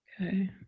Okay